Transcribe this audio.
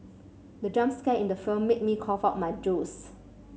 the jump scare in the film made me cough out my juice